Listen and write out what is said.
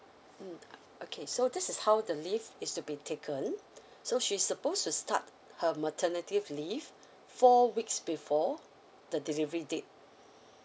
mm okay so this is how the leave is to be taken so she's supposed to start her maternity leave four weeks before the delivery date